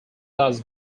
thus